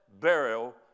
burial